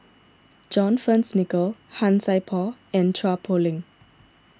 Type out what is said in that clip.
John Fearns Nicoll Han Sai Por and Chua Poh Leng